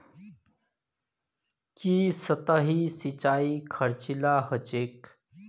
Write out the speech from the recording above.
की सतही सिंचाई खर्चीला ह छेक